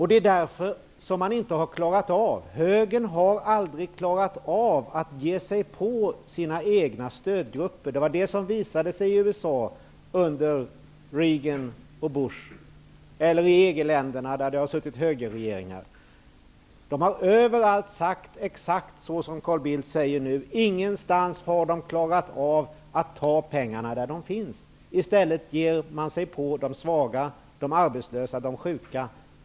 Det är därför som högern aldrig har klarat av att ge sig på sina egna stödgrupper. Det var detta som visade sig i USA under Reagan och Bushperioderna och i EG-länderna, där det har suttit högerregeringar. De har överallt sagt exakt det som Carl Bildt nu säger. Ingenstans har högern klarat av att ta pengarna där de finns. I stället ger man sig på de svaga, de arbetslösa och de sjuka.